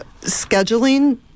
Scheduling